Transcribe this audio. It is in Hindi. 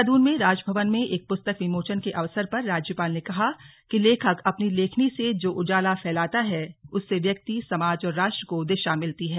देहरादून में राजभवन में एक पुस्तक विमोचन के अवसर पर राज्यपाल ने कहा कि लेखक अपनी लेखनी से जो उजाला फैलाता है उससे व्यक्ति समाज और राष्ट्र को दिशा मिलती है